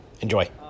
Enjoy